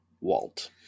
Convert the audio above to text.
Walt